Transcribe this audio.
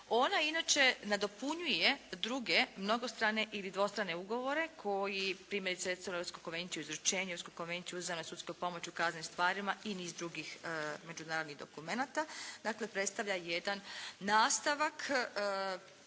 Ona inače nadopunjuje druge mnogostrane ili dvostrane ugovore koji primjerice Europsku konvenciju o izručenju, Europsku konvenciju o uzajamnoj sudskoj pomoći u kaznenim stvarima i niz drugih međunarodnih dokumenata. Dakle, predstavlja jedan nastavak